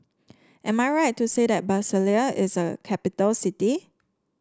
am I right to say that Brasilia is a capital city